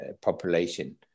population